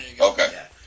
Okay